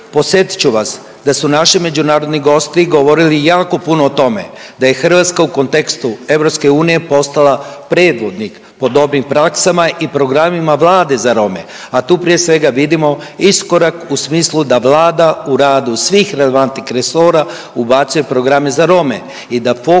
Posetit ću vas da su naši međunarodni gosti govorili jako puno o tome da je Hrvatska u kontekstu EU postala predvodnik po dobnim praksama i programima Vlade za Rome, a tu prije svega vidimo iskorak u smislu da Vlada u radu svih relevantnih resora ubacuje programe za Rome i da fokus